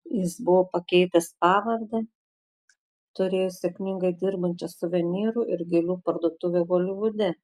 jis buvo pakeitęs pavardę turėjo sėkmingai dirbančią suvenyrų ir gėlių parduotuvę holivude